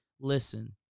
listen